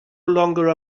longer